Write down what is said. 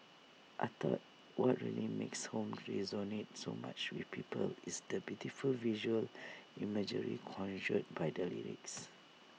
I thought what really makes home resonate so much with people is the beautiful visual imagery conjured by the lyrics